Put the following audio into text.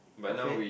okay